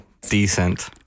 Decent